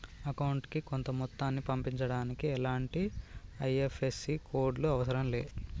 అకౌంటుకి కొంత మొత్తాన్ని పంపించడానికి ఎలాంటి ఐ.ఎఫ్.ఎస్.సి కోడ్ లు అవసరం లే